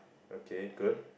okay good